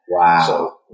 Wow